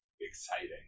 exciting